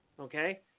Okay